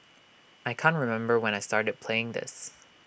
I can't remember when I started playing this